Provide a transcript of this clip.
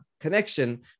connection